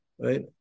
right